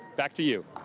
back to you.